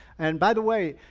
and by the way,